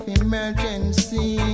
emergency